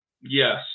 Yes